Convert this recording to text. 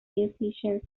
musicians